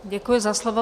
Děkuji za slovo.